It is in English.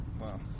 Wow